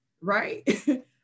right